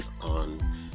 on